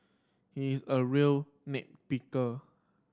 he is a real nit picker